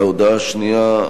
ההודעה השנייה,